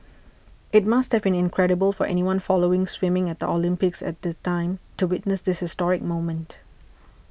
it must have been incredible for anyone following swimming at the Olympics at the time to witness this historic moment